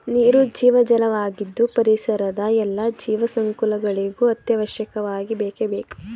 ನೀರು ಜೀವಜಲ ವಾಗಿದ್ದು ಪರಿಸರದ ಎಲ್ಲಾ ಜೀವ ಸಂಕುಲಗಳಿಗೂ ಅತ್ಯವಶ್ಯಕವಾಗಿ ಬೇಕೇ ಬೇಕು